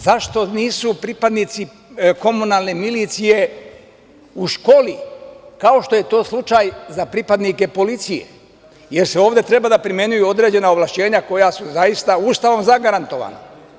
Zašto nisu pripadnici komunalne milicije u školi, kao što je to slučaj za pripadnike policije, jer će se ovde primenjivati određena ovlašćenja koja su zaista ustavom zagarantovana?